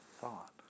thought